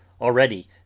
already